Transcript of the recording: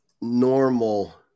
normal